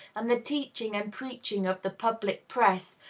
and the teaching and preaching of the public press,